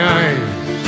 eyes